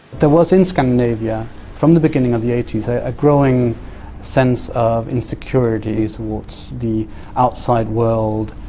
there was in scandinavia from the beginning of the eighty s a growing sense of insecurity towards the outside world,